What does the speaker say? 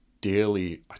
daily